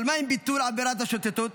אבל מה עם ביטול עבירת שוטטות?